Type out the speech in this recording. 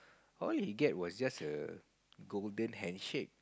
all he get was just a golden handshake